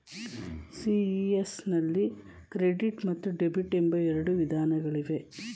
CES ನಲ್ಲಿ credit ಮತ್ತು debit ಎಂಬ ಎರಡು ವಿಧಾನಗಳಿವೆ